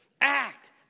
Act